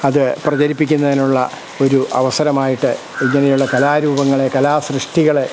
അത് പ്രചരിപ്പിക്കുന്നതിനുള്ള ഒരു അവസരമായിട്ട് ഇങ്ങനെയുള്ള കലാരൂപങ്ങളെ കലാസൃഷ്ടികളെ നമുക്ക്